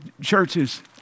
Churches